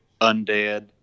undead